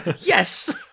Yes